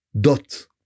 dot